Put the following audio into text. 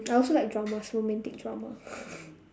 I also like dramas romantic drama